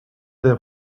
their